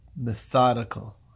methodical